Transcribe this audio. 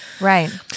right